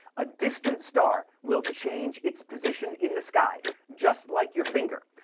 a distant star will change its position in the sky, just like your finger,